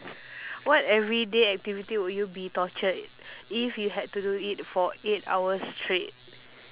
what everyday activity would you be tortured if you had to do it for eight hours straight